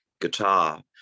guitar